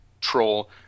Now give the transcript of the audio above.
troll